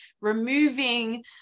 removing